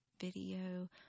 video